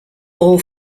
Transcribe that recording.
all